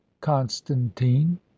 constantine